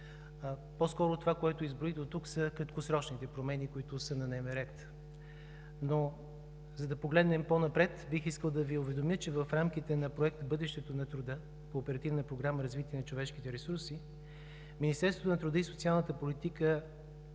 труда, това, което изброих дотук, по-скоро са краткосрочните промени, които са на дневен ред, но за да погледнем по-напред, бих искал да Ви уведомя, че в рамките на бъдещето на труда по Оперативна програма „Развитие на човешките ресурси“ Министерството на труда и социалната политика